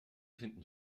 finden